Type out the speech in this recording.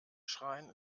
schreien